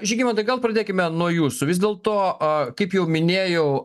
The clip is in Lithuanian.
žygimantai gal pradėkime nuo jūsų vis dėlto kaip jau minėjau